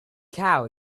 cow